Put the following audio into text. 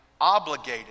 obligated